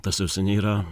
tas jau seniai yra